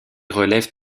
relèvent